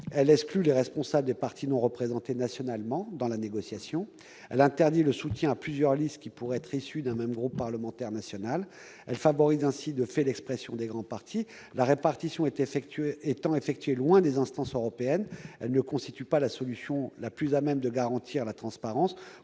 négociation les responsables des partis non représentés nationalement ; elle interdit le soutien à plusieurs listes qui pourraient être issues d'un même groupe parlementaire « national »; elle favorise ainsi, de fait, l'expression des grands partis ; enfin, la répartition étant effectuée loin des instances européennes, elle ne constitue pas la solution la mieux à même de garantir la transparence.